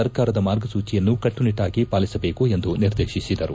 ಸರ್ಕಾರದ ಮಾರ್ಗಸೂಚಿಯನ್ನು ಕಟ್ಟುನಿಟ್ಟಾಗಿ ಪಾಲಿಸಬೇಕೆಂದು ನಿರ್ದೇತಿಸಿದರು